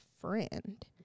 friend